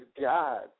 God